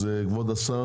אז, כבוד השר,